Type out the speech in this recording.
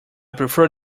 prefer